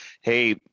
hey